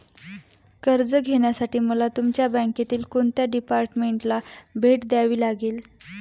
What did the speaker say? कर्ज घेण्यासाठी मला तुमच्या बँकेतील कोणत्या डिपार्टमेंटला भेट द्यावी लागेल?